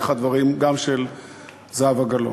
דרך הדברים גם של זהבה גלאון.